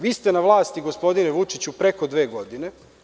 Vi ste na vlasti, gospodine Vučiću, preko dve godine.